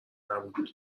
نبود